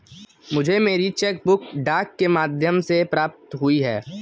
मुझे मेरी cheque book डाक के माध्यम से प्राप्त हुई है